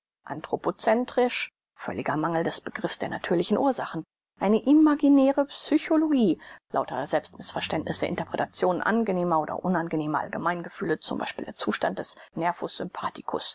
naturwissenschaft anthropocentrisch völliger mangel des begriffs der natürlichen ursachen eine imaginäre psychologie lauter selbst mißverständnisse interpretationen angenehmer oder unangenehmer allgemeingefühle zum beispiel der zustände des nervus